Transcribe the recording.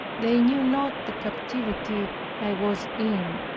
they knew not the captivity i was in